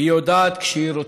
היא יודעת כשהיא רוצה.